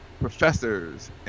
professors